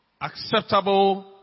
acceptable